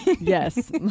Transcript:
yes